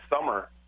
summer